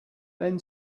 then